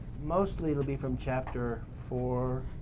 mostly it'll be from chapter four,